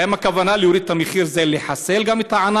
האם בלהוריד את המחיר הכוונה היא גם לחסל את הענף?